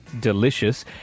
Delicious